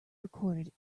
recorded